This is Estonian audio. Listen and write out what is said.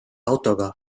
autoga